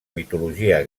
mitologia